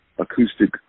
acoustic